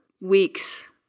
weeks